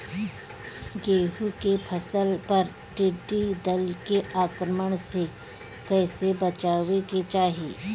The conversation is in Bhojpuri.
गेहुँ के फसल पर टिड्डी दल के आक्रमण से कईसे बचावे के चाही?